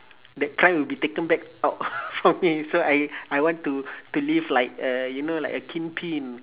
that crime will be taken back out from me so I I want to to live like a you know like a kingpin